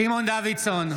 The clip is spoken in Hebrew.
סימון דוידסון,